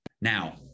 Now